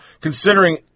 considering